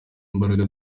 imbaraga